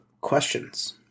questions